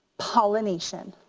pollination.